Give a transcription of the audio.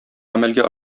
гамәлгә